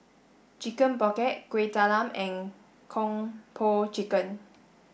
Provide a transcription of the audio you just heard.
chicken pocket Kuih Talam and Kung Po chicken